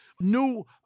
new